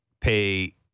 pay